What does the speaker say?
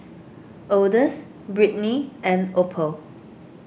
Odus Britny and Opal